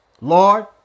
Lord